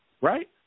Right